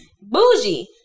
Bougie